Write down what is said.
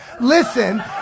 Listen